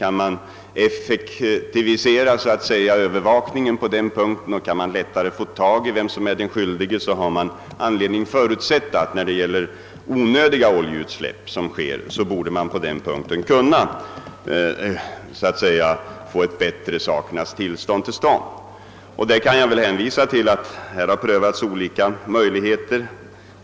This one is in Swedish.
Kan man effektivisera övervakningen så att man lättare kan spåra den skyldige har man anledning förutsätta en minskning av onödiga oljeutsläpp. Man prövar därvid olika möjligheter.